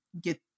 get